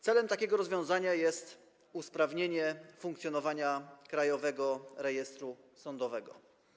Celem takiego rozwiązania jest usprawnienie funkcjonowania Krajowego Rejestru Sądowego.